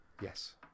Yes